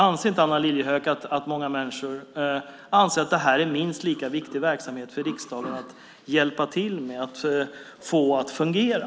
Tror inte Anna Lilliehöök att många människor anser att det här är en minst lika viktig verksamhet för riksdagen att hjälpa till med och få att fungera?